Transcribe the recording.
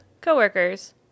co-workers